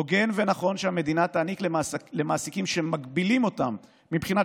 הוגן ונכון שהמדינה תעניק למעסיקים שמגבילים אותם מבחינת